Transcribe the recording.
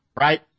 right